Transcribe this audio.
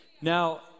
Now